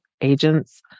agents